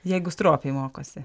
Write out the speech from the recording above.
jeigu stropiai mokosi